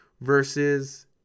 versus